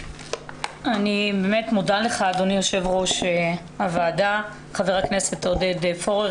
אני באמת מודה לך אדוני היושב ראש הוועדה חבר הכנסת עודד פורר